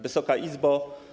Wysoka Izbo!